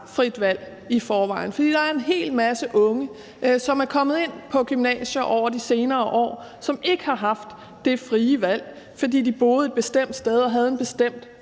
frit valg i forvejen. For der er en hel masse unge, som er kommet ind på gymnasier over de senere år, og som ikke har haft det frie valg, fordi de boede et bestemt sted og havde en bestemt